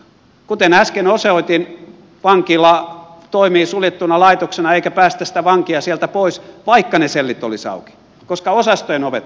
kuten äsken osoitin vankila toimii suljettuna laitoksena eikä päästä sitä vankia sieltä pois vaikka ne sellit olisivat auki koska osastojen ovet ovat kiinni